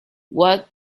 what